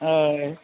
हय